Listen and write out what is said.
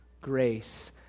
grace